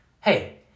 Hey